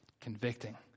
convicting